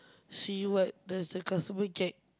see what does the customer get